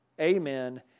Amen